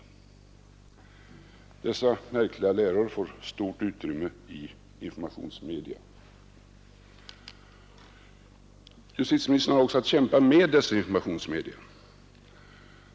Dessa märkliga läror får stort utrymme i informationsmedia. Justitieministern har också att kämpa mot dessa informationsmedia.